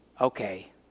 okay